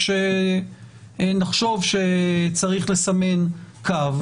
כשנחשוב שצריך לסמן קו,